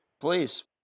Please